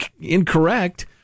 incorrect